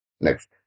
Next